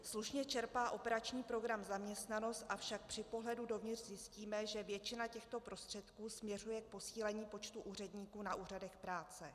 Slušně čerpá operační program Zaměstnanost, avšak při pohledu do měst zjistíme, že většina těchto prostředků směřuje k posílení počtu úředníků na úřadech práce.